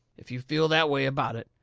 if you feel that way about it.